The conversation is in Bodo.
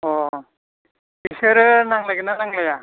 अ बेसोर नांलायो ना नांलाया